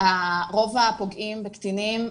רוב הפוגעים בקטינים,